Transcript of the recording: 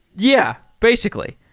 yeah, basically.